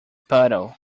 puddle